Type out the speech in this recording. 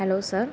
hello sir